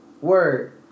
Word